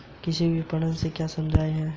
कृषि विपणन में क्या समस्याएँ हैं?